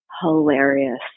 hilarious